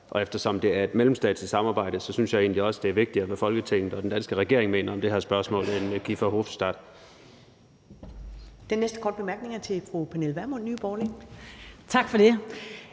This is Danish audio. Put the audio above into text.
Og eftersom det er et mellemstatsligt samarbejde, synes jeg egentlig også, det er vigtigere, hvad Folketinget og den danske regering mener om det her spørgsmål, end Guy Verhofstadt.